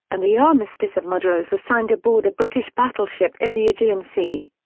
and the armistice of mudros was signed aboard a british battleship in the aegean sea.